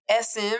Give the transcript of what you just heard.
SM